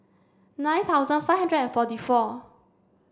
nine thousand five hundred and forty four